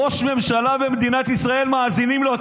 ראש ממשלה במדינת ישראל, מאזינים לו.